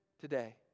today